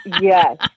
Yes